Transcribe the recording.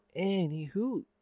anywho